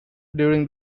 during